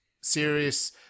serious